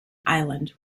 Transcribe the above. island